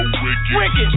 wicked